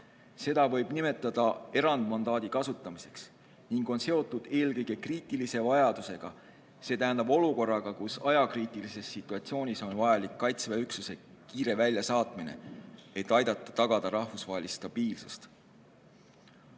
Seda võib nimetada erandmandaadi kasutamiseks ning see on seotud eelkõige kriitilise vajadusega, st olukorraga, kus ajakriitilises situatsioonis on vajalik Kaitseväe üksuse kiire väljasaatmine, et aidata tagada rahvusvahelist stabiilsust.